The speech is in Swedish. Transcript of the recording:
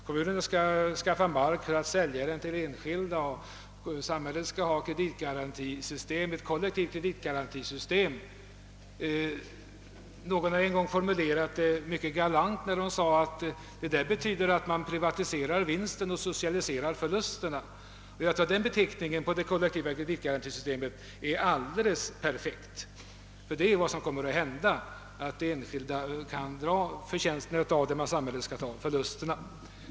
Kommunerna skall skaffa mark för att sälja den till enskilda och samhället skall ha ett kollektivt kreditgarantisystem. Någon har en gång formulerat detta mycket elegant genom att säga: Detta betyder att man Privatiserar vinsten och socialiserar förlusten. Den beteckningen på det kollektiva kreditgarantisystemet är alldeles perfekt. Det är vad som kommer att hända; enskilda kan göra sig förtjänster medan samhället får ta förlusterna.